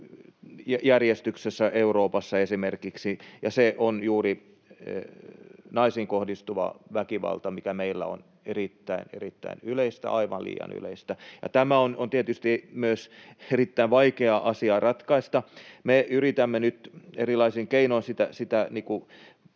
järjestyksessä, Euroopassa esimerkiksi, ja se on juuri naisiin kohdistuva väkivalta, mikä meillä on erittäin, erittäin yleistä, aivan liian yleistä. Tämä on tietysti myös erittäin vaikea asia ratkaista. Me yritämme nyt erilaisin keinoin päästä